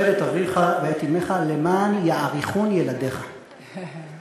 כבד את אביך ואת אמך למען יאריכון ימיך, כן.